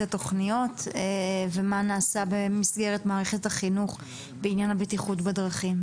התכניות ומה נעשה במסגרת מערכת החינוך בעניין הבטיחות בדרכים.